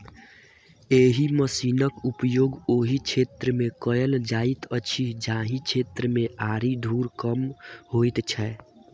एहि मशीनक उपयोग ओहि क्षेत्र मे कयल जाइत अछि जाहि क्षेत्र मे आरि धूर कम होइत छै